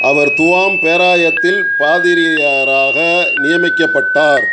அவர் துவாம் பேராயத்தில் பாதிரியாராக நியமிக்கப்பட்டார்